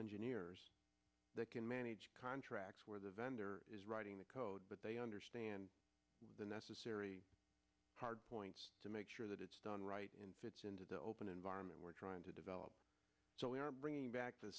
engineers that can manage contracts where the vendor is writing the code but they understand the necessary points to make sure that it's done right and fits into the open environment we're trying to develop so we are bringing back t